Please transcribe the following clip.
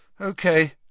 Okay